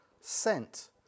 sent